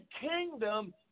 kingdom